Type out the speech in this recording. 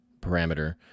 parameter